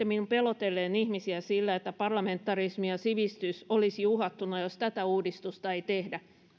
minun pelotelleen ihmisiä sillä että parlamentarismi ja sivistys olisivat uhattuina jos tätä uudistusta ei tehdä